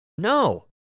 No